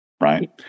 Right